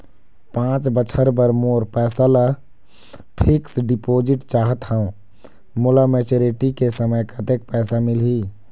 पांच बछर बर मोर पैसा ला फिक्स डिपोजिट चाहत हंव, मोला मैच्योरिटी के समय कतेक पैसा मिल ही?